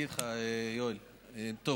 את ההצעה לפיצול חבר הכנסת יואב קיש, בבקשה.